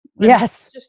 Yes